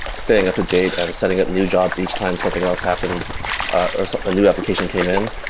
staying up-to-date and setting up new jobs each time something else happened or a new application came in,